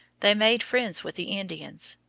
they made friends with the indians,